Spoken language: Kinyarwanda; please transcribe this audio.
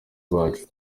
bacu